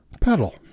pedal